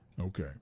Okay